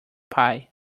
pie